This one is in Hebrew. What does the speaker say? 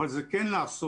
אבל זה כן לעשור.